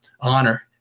honor